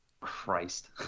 Christ